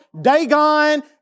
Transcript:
Dagon